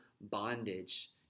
bondage